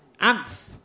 Anth